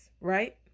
right